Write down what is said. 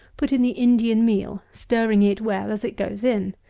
put in the indian meal, stirring it well as it goes in.